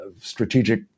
strategic